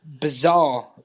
bizarre